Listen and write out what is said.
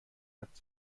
حدس